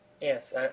Yes